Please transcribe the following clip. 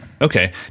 okay